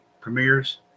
premieres